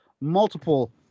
multiple